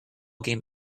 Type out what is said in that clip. game